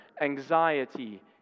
anxiety